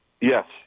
Yes